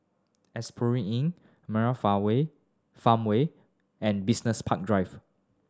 Asphodel Inn Murai Farmway and Business Park Drive